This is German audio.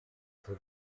zur